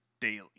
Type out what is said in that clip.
daily